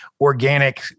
organic